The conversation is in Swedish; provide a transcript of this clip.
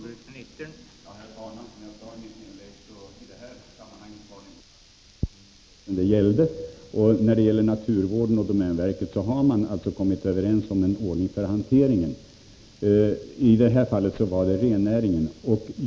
Herr talman! Som jag sade i mitt inlägg var det i detta sammanhang inte naturvårdens intressen det gällde. När det gäller naturvården och domänverket har man kommit överens om en ordning för hanteringen — i detta fall gällde det rennäringen.